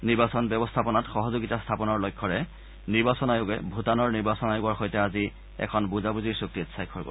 নিৰ্বাচন ব্যৱস্থাপনাত সহযোগিতা স্থাপনৰ লক্ষ্যৰে নিৰ্বাচন আয়োগে ভূটানৰ নিৰ্বাচন আয়োগৰ সৈতে আজি এখন বুজাবুজিৰ চুক্তিত স্বাক্ষৰ কৰিব